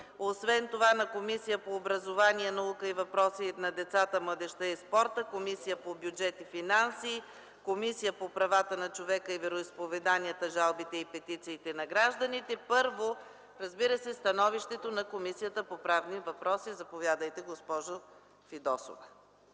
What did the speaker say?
освен това на Комисията по образованието, науката и въпросите на децата, младежта и спорта, Комисията по бюджет и финанси, Комисията по правата на човека, вероизповеданията, жалбите и петициите на гражданите. Първо, разбира се, становището на Комисията по правни въпроси. Заповядайте, госпожо Фидосова.